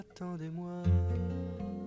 attendez-moi